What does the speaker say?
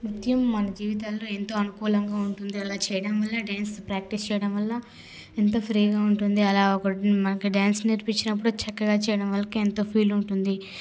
నృత్యం మన జీవితంలో ఎంతో అనుకూలంగా ఉంటుంది అలా చేయడం వల్ల డ్యాన్స్ ప్రాక్టీస్ చేయడం వల్ల ఎంత ఫ్రీగా ఉంటుంది అలా ఒకరు మనకి డ్యాన్స్ నేర్పించినప్పుడు చక్కగా చేయడం వల్ల మనకు ఎంతో ఫీల్ ఉంటుంది